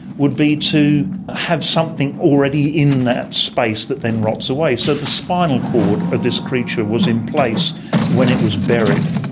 would be to have something already in that space that then rots away. so the spinal cord of this creature was in place when it was buried,